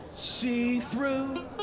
See-through